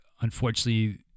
unfortunately